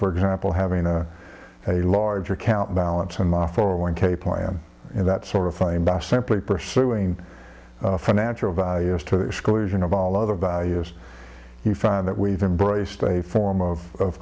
for example having a very large account balance and for one k plan and that sort of fame by simply pursuing financial values to the exclusion of all other values you find that we've embraced a form of